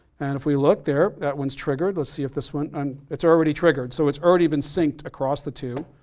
and if we look there, that one's triggered. let's see if this one, um it's already triggered, so it's already been synced across the two.